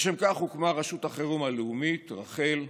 לשם כך הוקמה רשות החירום הלאומית, רח"ל.